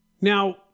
Now